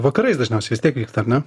vakarais dažniausiai vis tiek vyksta ar ne